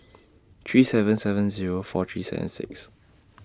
three seven seven Zero four three seven six